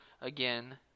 again